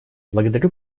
благодарю